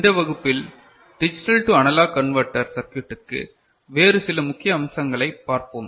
இந்த வகுப்பில் digital to analog converter சர்க்யூட்டுக்கு வேறு சில முக்கிய அம்சங்களைப் பார்ப்போம்